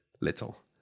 little